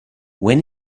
when